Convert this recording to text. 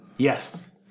Yes